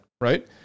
right